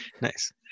nice